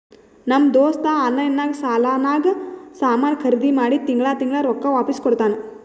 ನಮ್ ದೋಸ್ತ ಆನ್ಲೈನ್ ನಾಗ್ ಸಾಲಾನಾಗ್ ಸಾಮಾನ್ ಖರ್ದಿ ಮಾಡಿ ತಿಂಗಳಾ ತಿಂಗಳಾ ರೊಕ್ಕಾ ವಾಪಿಸ್ ಕೊಡ್ತಾನ್